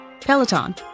Peloton